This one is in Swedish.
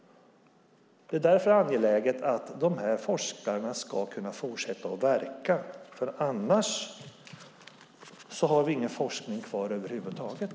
Det är därför angeläget att dessa forskare ska kunna fortsätta verka. Annars har vi ingen forskning kvar på detta område över huvud taget.